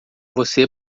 você